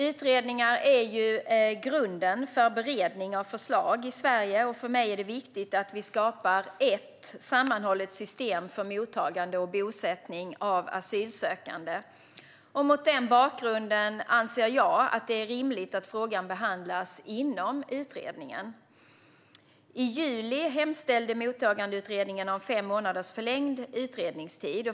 Utredningar är grunden för beredning av förslag i Sverige, och för mig är det viktigt att vi skapar ett sammanhållet system för mottagande och bosättning av asylsökande. Mot den bakgrunden anser jag att det är rimligt att frågan behandlas inom utredningen. I juli hemställde Mottagandeutredningen om fem månaders förlängd utredningstid.